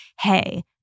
hey